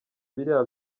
biriya